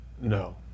No